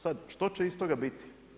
Sada, što će iz toga biti?